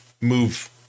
move